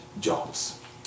jobs